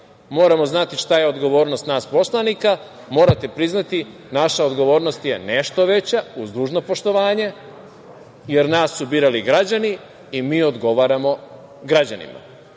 tela, šta je odgovornost nas poslanika. Morate priznati, naša odgovornost je nešto veća, uz dužno poštovanje, jer nas su birali građani i mi odgovaramo građanima.Dešava